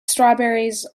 strawberries